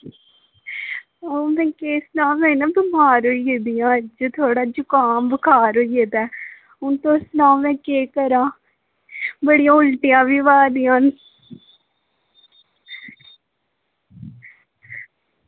ओह् में केह् सनां ओह् मे ना बमार होई गेदी आं ते थोह्ड़ा जुकाम बुखार होई गेदजा ऐ ते हून तुस सनाओ में केह् करां बड़ियां उल्टियां बी होआ दियां न